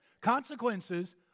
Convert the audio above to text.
consequences